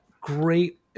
great